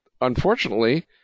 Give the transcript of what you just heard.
unfortunately